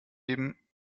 eben